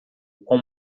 com